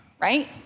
right